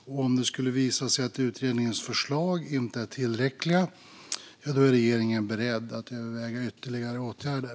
Om det skulle visa sig att utredningens förslag inte är tillräckliga är regeringen beredd att överväga ytterligare åtgärder.